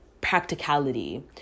practicality